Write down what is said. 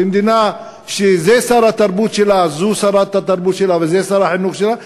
במדינה שזו שרת התרבות שלה וזה שר החינוך שלה,